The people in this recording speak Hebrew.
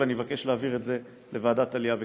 ואני מבקש להעביר את זה לוועדת העלייה והקליטה.